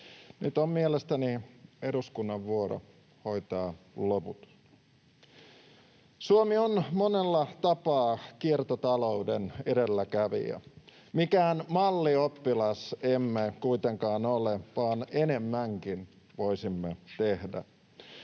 nyt on mielestäni eduskunnan vuoro hoitaa loput. Suomi on monella tapaa kiertotalouden edelläkävijä. Mikään mallioppilas emme kuitenkaan ole, vaan enemmänkin voisimme tehdä.